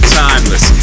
timeless